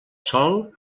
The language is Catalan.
sol